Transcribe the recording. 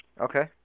Okay